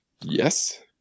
Yes